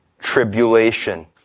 tribulation